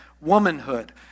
womanhood